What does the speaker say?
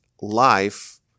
life